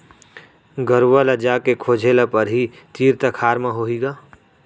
गरूवा ल जाके खोजे ल परही, तीर तखार म होही ग